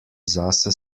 zase